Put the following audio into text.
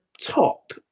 top